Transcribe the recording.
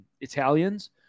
Italians